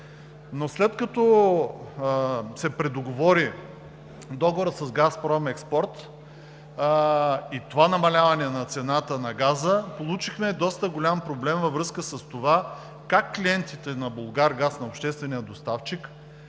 Но след като се предоговори договорът с Газпром експорт и това намаляване на цената на газа, получихме доста голям проблем във връзка с това как клиентите на Булгаргаз, на обществения доставчик,